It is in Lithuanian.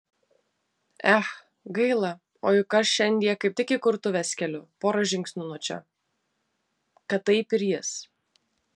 ech gaila o juk aš šiandie kaip tik įkurtuves keliu pora žingsnių nuo čia kad taip ir jis